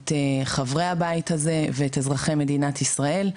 את חברי הבית הזה ואת אזרחי מדינת ישראל.